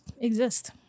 exist